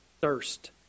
thirst